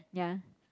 ya